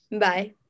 Bye